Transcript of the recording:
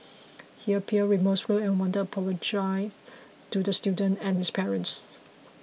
he appeared remorseful and wanted to apologise to the student and his parents